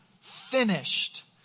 finished